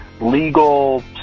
legal